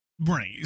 Right